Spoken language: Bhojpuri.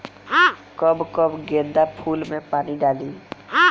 कब कब गेंदा फुल में पानी डाली?